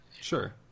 Sure